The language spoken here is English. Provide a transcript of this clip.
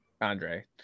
Andre